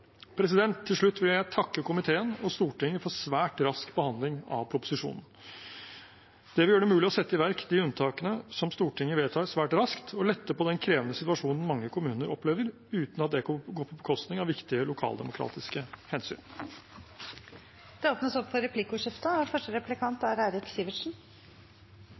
tilfeller. Til slutt vil jeg takke komiteen og Stortinget for svært rask behandling av proposisjonen. Det vil gjøre det mulig å sette i verk de unntakene som Stortinget vedtar, svært raskt, og lette på den krevende situasjonen mange kommuner opplever, uten at det går på bekostning av viktige lokaldemokratiske hensyn. Det blir replikkordskifte. Statsråden berørte i sitt innlegg nettopp en del av begrunnelsen for